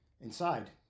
inside